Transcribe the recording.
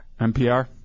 NPR